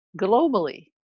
globally